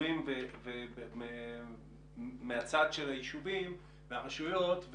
סותרים מהצד של היישובים והרשויות,